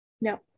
No